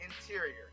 Interior